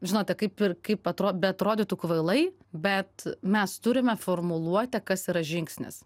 žinote kaip ir kaip atrod beatrodytų kvailai bet mes turime formuluotę kas yra žingsnis